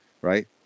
right